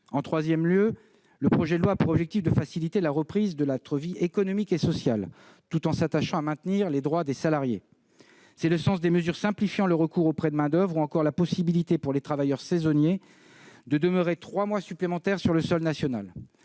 Par ailleurs, ce projet de loi a pour objectif de faciliter la reprise de notre vie économique et sociale, tout en s'attachant à maintenir les droits des salariés. Tel est le sens des mesures visant à simplifier le recours au prêt de main-d'oeuvre ou encore la possibilité pour les travailleurs saisonniers de demeurer trois mois supplémentaires sur le sol national.